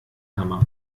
hammer